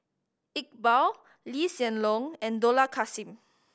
Iqbal Lee Hsien Loong and Dollah Kassim